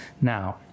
now